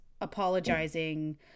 apologizing